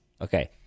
Okay